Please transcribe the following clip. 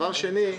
דבר שני,